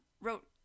Wrote